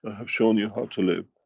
ah have shown you how to live,